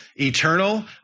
eternal